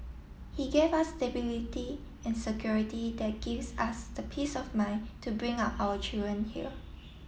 he gave us stability and security that gives us the peace of mine to bring up our children here